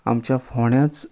आमच्या फोण्याच